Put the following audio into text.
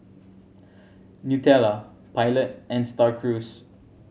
Nutella Pilot and Star Cruise